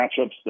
matchups